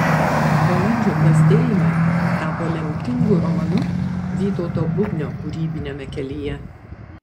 balandžio plastėjime tapo lemtingu romanu vytauto bubnio kūrybiniame kelyje